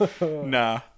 Nah